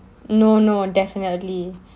no no definitely